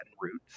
roots